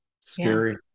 Scary